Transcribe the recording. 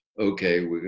okay